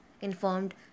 informed